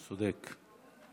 צודק.